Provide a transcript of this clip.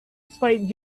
swayed